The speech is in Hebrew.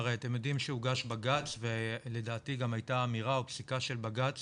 אתם יודעים שהוגש בג"צ ולדעתי גם הייתה אמירה או פסיקה של בג"צ